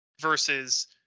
versus